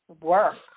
work